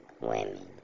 women